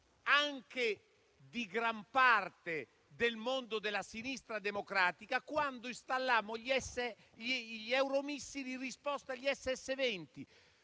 anche di gran parte del mondo della sinistra democratica, quando installammo gli euromissili in risposta ai missili SS20.